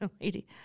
lady